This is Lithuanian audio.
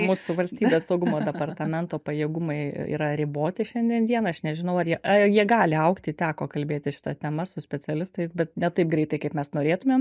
mūsų valstybės saugumo departamento pajėgumai yra riboti šiandien dieną aš nežinau ar jie ar jie gali augti teko kalbėti šita tema su specialistais bet ne taip greitai kaip mes norėtumėm